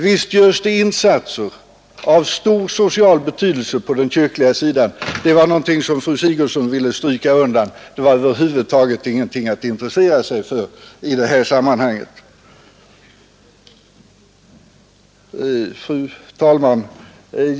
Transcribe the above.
Visst görs det insatser av stor social betydelse på den kyrkliga sidan. Men det var någonting som fru Sigurdsen ville avfärda. Det var över huvud taget ingenting att intressera sig för i detta sammanhang. Fru talman!